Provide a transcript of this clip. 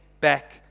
back